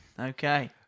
Okay